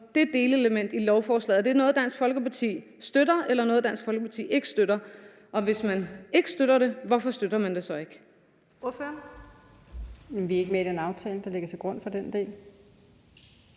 om det delelement i lovforslaget? Er det noget, Dansk Folkeparti støtter, eller noget, Dansk Folkeparti ikke støtter? Og hvis man ikke støtter det, hvorfor støtter man det så ikke? Kl. 12:32 Den fg. formand (Birgitte Vind): Ordføreren. Kl.